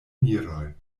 miroj